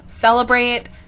Celebrate